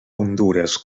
hondures